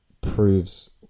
proves